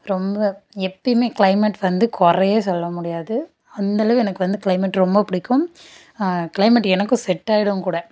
ரொம்ப எப்போயுமே க்ளைமட் வந்து குறையே சொல்ல முடியாது அந்த அளவு எனக்கு வந்து க்ளைமட் ரொம்ப பிடிக்கும் க்ளைமட் எனக்கும் செட் ஆயிடும் கூட